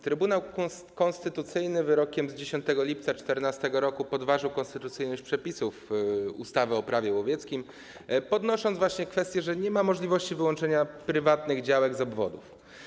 Trybunał Konstytucyjny wyrokiem z 10 lipca 2014 r. podważył konstytucyjność przepisów ustawy - Prawo łowieckie, podnosząc właśnie kwestię, że nie ma możliwości wyłączenia prywatnych działek z obwodów.